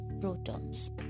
protons